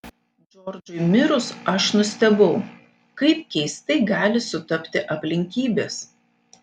džordžui mirus aš nustebau kaip keistai gali sutapti aplinkybės